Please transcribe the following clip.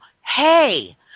hey